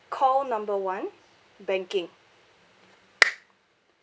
call number one banking